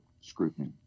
scrutiny